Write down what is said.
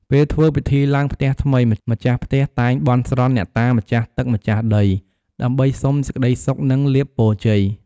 ពេលធ្វើពិធីឡើងផ្ទះថ្មី ម្ចាស់ផ្ទះតែងបន់ស្រន់អ្នកតាម្ចាស់ទឹកម្ចាស់ដី ដើម្បីសុំសេចក្ដីសុខនិងលាភពរជ័យ។